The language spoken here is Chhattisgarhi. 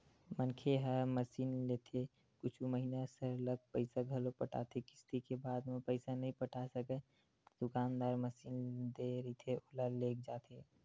मनखे ह मसीनलेथे कुछु महिना सरलग पइसा घलो पटाथे किस्ती के बाद म पइसा नइ पटा सकय ता दुकानदार मसीन दे रहिथे ओला लेग जाथे